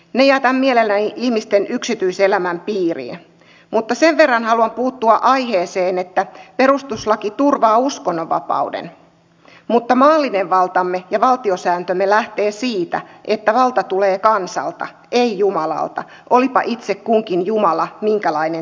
ne jätän mielelläni ihmisten yksityiselämän piiriin mutta sen verran haluan puuttua aiheeseen että perustuslaki turvaa uskonnonvapauden mutta maallinen valtamme ja valtiosääntömme lähtee siitä että valta tulee kansalta ei jumalalta olipa itse kunkin jumala minkälainen tahansa